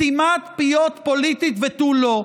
סתימת פיות פוליטית ותו לא.